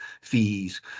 fees